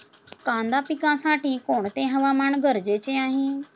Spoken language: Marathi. कांदा पिकासाठी कोणते हवामान गरजेचे आहे?